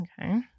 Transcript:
Okay